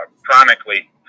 chronically